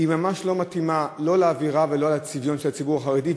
הם ממש לא מתאימים לא לאווירה ולא לצביון של הציבור החרדי.